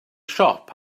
siop